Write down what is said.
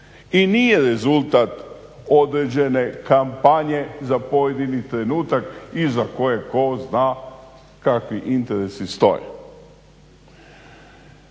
i nije rezultat određene kampanje za pojedini trenutak iza koje tko zna kakvi interesi stoje.